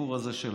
בסיפור הזה.